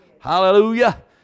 Hallelujah